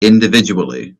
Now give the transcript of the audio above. individually